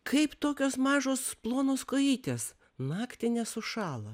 kaip tokios mažos plonos kojytės naktį nesušala